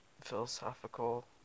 philosophical